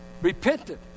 repented